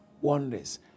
wonders